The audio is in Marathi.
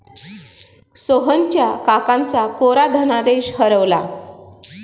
सोहनच्या काकांचा कोरा धनादेश हरवला